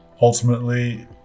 ultimately